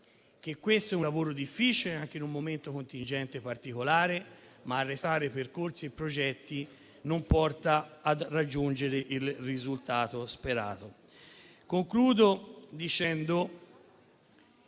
questo è un lavoro difficile, anche in un momento contingente particolare, ma arrestare percorsi e progetti non porta a raggiungere il risultato sperato. Concludo dicendo